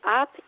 Up